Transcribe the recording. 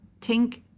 Tink